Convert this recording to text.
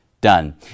done